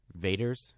Vaders